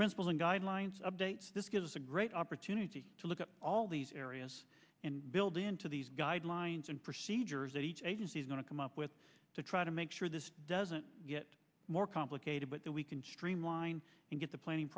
principles and guidelines of dates this gives us a great opportunity to look at all these areas and build into these guidelines and procedures that each agency is going to come up with to try to make sure this doesn't get more complicated but that we can streamline and get the planning